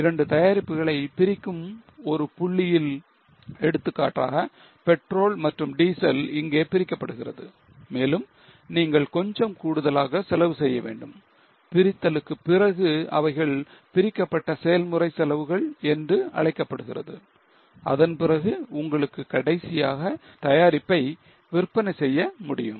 இரண்டு தயாரிப்புகளை பிரிக்கும் ஒரு புள்ளியில் எடுத்துக்காட்டாக petrol மற்றும் diesel இங்கே பிரிக்கப்படுகிறது மேலும் நீங்கள் கொஞ்சம் கூடுதலாக செலவு செய்ய வேண்டும் பிரித்தலுக்கு பிறகு அவைகள் பிரிக்கப்பட்ட செயல்முறை செலவுகள் என்று அழைக்கப்படுகிறது அதன்பிறகு உங்களுக்கு கடைசியாக தயாரிப்பை விற்பனை செய்ய முடியும்